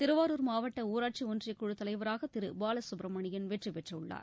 திருவாரூர் மாவட்ட ஊராட்சி ஒன்றியக் குழு தலைவராக திரு பாலசுப்பிரமணியன் வெற்றி பெற்றுள்ளார்